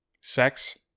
Sex